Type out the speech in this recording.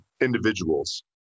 individuals